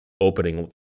opening